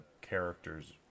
characters